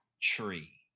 Tree